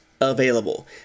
available